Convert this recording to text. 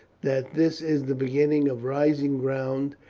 that this is the beginning of rising ground,